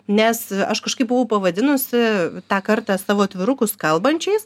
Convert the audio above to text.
nes aš kažkaip buvau pavadinusi tą kartą savo atvirukus kalbančiais